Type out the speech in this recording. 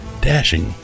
dashing